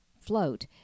float